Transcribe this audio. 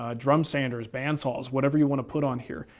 ah drum sanders, bandsaws, whatever you want to put on here.